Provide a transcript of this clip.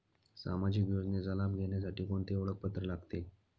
सामाजिक योजनेचा लाभ घेण्यासाठी कोणते ओळखपत्र लागते?